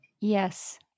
Yes